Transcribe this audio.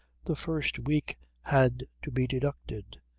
the first week had to be deducted.